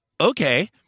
okay